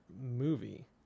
movie